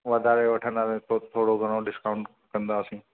वधारे वठंदासीं पोइ थोरो घणो डिस्काउंट कंदासीं